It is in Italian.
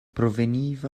proveniva